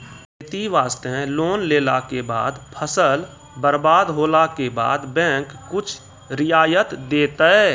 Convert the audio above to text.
खेती वास्ते लोन लेला के बाद फसल बर्बाद होला के बाद बैंक कुछ रियायत देतै?